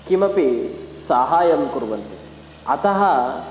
किमपि साहाय्यं कुर्वन्ति अतः